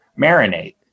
marinate